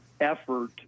effort